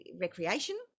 recreation